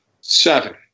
Seven